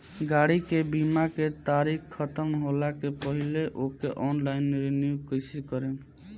गाड़ी के बीमा के तारीक ख़तम होला के पहिले ओके ऑनलाइन रिन्यू कईसे करेम?